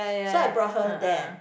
so I brought her there